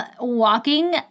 walking